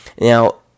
Now